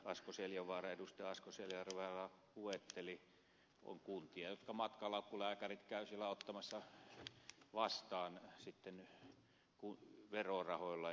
asko seljavaara luetteli ovat kuntia joissa matkalaukkulääkärit käyvät ottamassa vastaan potilaita verorahoilla